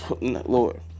Lord